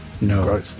No